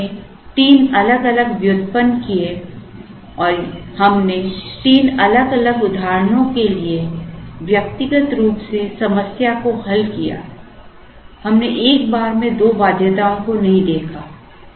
और हमने तीन अलग अलग व्युत्पन्न किए या हमने तीन अलग अलग उदाहरणों के लिए व्यक्तिगत रूप से समस्या को हल किया हमने एक बार में दो बाध्यताओं को नहीं देखा